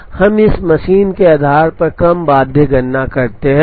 अब हम मशीन के आधार पर एक कम बाध्य गणना करते हैं